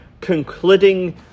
concluding